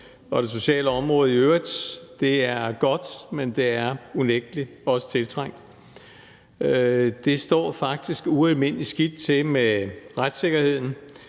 og det sociale område i øvrigt. Det er godt, men det er unægtelig også tiltrængt. Det står faktisk ualmindelig skidt til med retssikkerheden